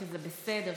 שזה בסדר,